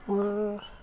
মোৰ